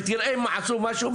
ותראה אם עשו משהו,